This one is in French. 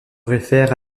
réfère